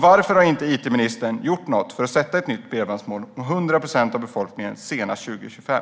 Varför har it-ministern inte gjort något för att sätta upp ett nytt bredbandsmål på 100 procent av befolkningen senast 2025?